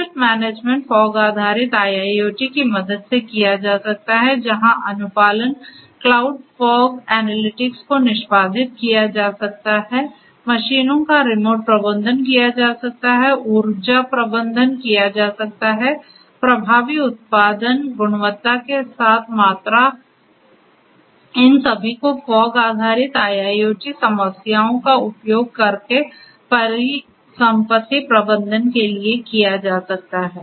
asset management fog आधारित IIoT की मदद से किया जा सकता है जहां अनुपालन क्लाउड फॉग एनालिटिक्स को निष्पादित किया जा सकता है मशीनों का रिमोट प्रबंधन किया जा सकता है ऊर्जा प्रबंधन किया जा सकता है प्रभावी उत्पादन गुणवत्ता के साथ मात्रा इन सभी को फॉग आधारित IIoT समस्याओं का उपयोग करके परिसंपत्ति प्रबंधन के लिए किया जा सकता है